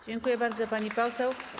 Dziękuję bardzo, pani poseł.